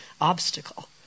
obstacle